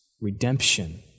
redemption